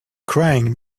crying